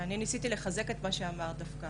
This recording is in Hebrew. ואני ניסיתי לחזק את מה שאמרת דווקא.